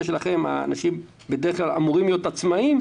שלכם האנשים אמורים להיות עצמאיים,